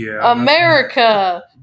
America